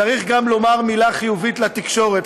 צריך גם לומר מילה חיובית לתקשורת.